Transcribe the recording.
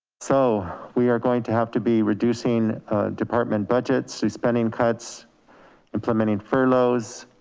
so we are going to have to be reducing department budgets. suspending cuts implementing furloughs.